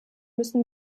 müssen